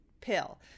pill